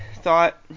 thought